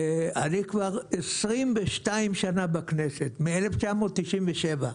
אני כבר 22 שנה בכנסת, מ-1997,